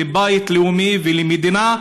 לבית לאומי ולמדינה,